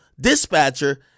dispatcher